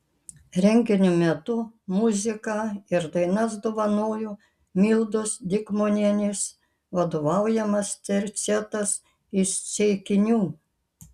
renginio metu muziką ir dainas dovanojo mildos dikmonienės vadovaujamas tercetas iš ceikinių